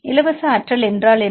இலவச ஆற்றல் என்றால் என்ன